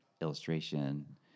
illustration